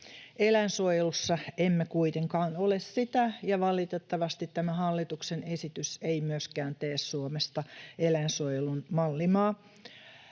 Eläinsuojelussa emme kuitenkaan ole sitä, ja valitettavasti tämä hallituksen esitys ei myöskään tee Suomesta eläinsuojelun mallimaata.